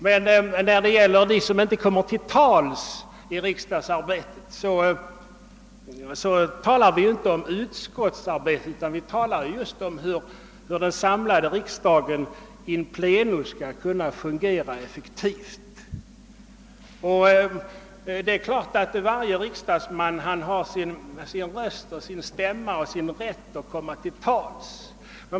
Men när det gäller dem, som inte kommer till tals i riksdagsarbetet, talar vi ju inte om utskottsarbetet, utan vi talar just om hur den samlade riksdagen in pleno skall kunna fungera effektivt. Det är klart att varje riksdagsman har sin röst och sin stämma och sin rätt att komma till tals.